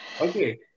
okay